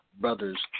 brother's